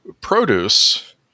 produce